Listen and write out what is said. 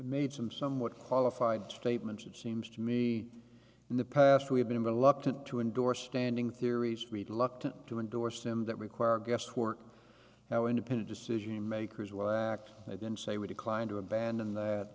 made some somewhat qualified statements it seems to me in the past we have been reluctant to endorse standing theories we'd love to endorse him that require guesswork now independent decision makers will act and i didn't say we decline to abandon that